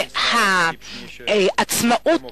שהעצמאות